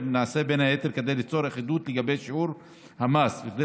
נעשה בין היתר כדי ליצור אחידות בשיעור המס וכדי